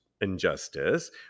injustice